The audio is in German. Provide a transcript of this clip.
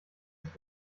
sich